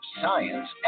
science